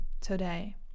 today